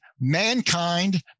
mankind